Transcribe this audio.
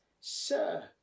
sir